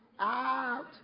Out